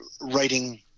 writing